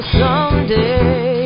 someday